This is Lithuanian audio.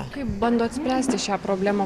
kaip bandot spręsti šią problemą